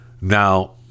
Now